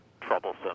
troublesome